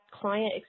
client